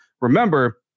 Remember